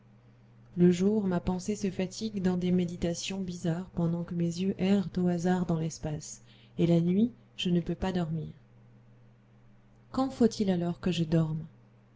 le jour ma pensée se fatigue dans des méditations bizarres pendant que mes yeux errent au hasard dans l'espace et la nuit je ne peux pas dormir quand faut-il alors que je dorme